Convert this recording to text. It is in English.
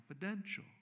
confidential